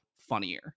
funnier